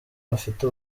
bafite